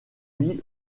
mis